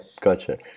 gotcha